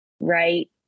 right